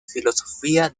filosofía